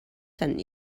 sent